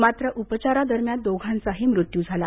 मात्र उपचारांदरम्यान दोघांचाही मृत्यू झाला